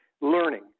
learning